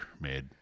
made